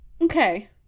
okay